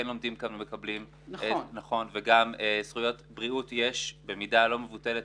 לומדים כאן ומקבלים ויש גם זכויות בריאות במידה לא מבוטלת.